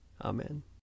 Amen